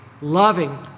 loving